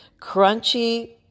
crunchy